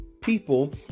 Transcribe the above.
people